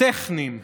טכניים,